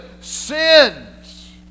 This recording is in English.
sins